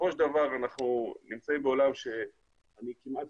בסופו של דבר אנחנו נמצאים בעולם שאני כמעט